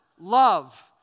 love